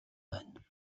байна